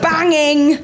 Banging